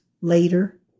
later